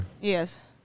Yes